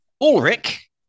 Ulrich